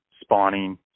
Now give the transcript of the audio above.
spawning